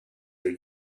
are